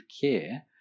care